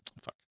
fuck